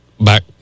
back